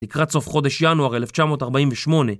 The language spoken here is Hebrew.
לקראת סוף חודש ינואר 1948